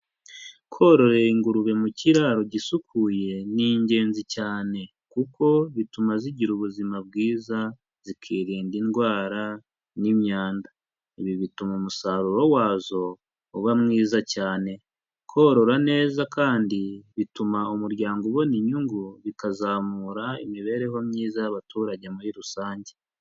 Kororera ingurube mu kiraro gisukuye, ni ingenzi cyane kuko bituma zigira ubuzima bwiza, zikirinda indwara n'imyanda. Ibi bituma umusaruro wazo, uba mwiza cyane. Korora neza kandi bituma umuryango ubona inyungu, bikazamura imibereho myiza y'abaturage muri rusange.